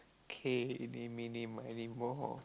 K eeny-meeny-miny-moe